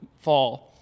fall